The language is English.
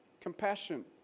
Compassion